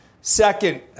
second